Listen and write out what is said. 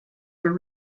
were